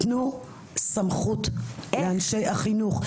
תנו סמכות לאנשי החינוך.